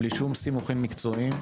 בלי שום סימוכין מקצועיים.